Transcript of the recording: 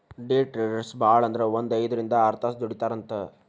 ಡೆ traders ಭಾಳಂದ್ರ ಒಂದ್ ಐದ್ರಿಂದ್ ಆರ್ತಾಸ್ ದುಡಿತಾರಂತ್